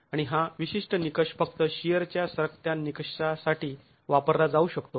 आणि हा विशिष्ट निकष फक्त शिअरच्या सरकत्या निकषासाठी वापरला जाऊ शकतो